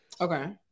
Okay